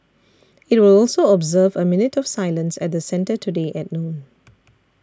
it will also observe a minute of silence at the centre today at noon